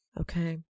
Okay